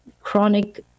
chronic